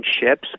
ships